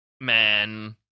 man